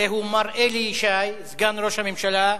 הרי הוא מר אלי ישי, סגן ראש הממשלה,